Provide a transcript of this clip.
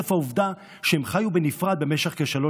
חרף העובדה שהם חיו בנפרד במשך כשלוש